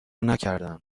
نکردم